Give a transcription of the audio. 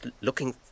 looking